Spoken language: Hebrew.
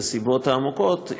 לסיבות העמוקות,